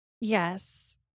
Yes